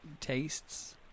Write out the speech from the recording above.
tastes